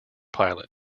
pilot